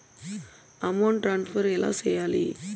amount transfer ఎలా సేయాలి